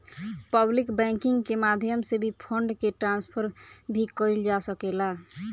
public banking के माध्यम से भी फंड के ट्रांसफर भी कईल जा सकेला